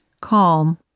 calm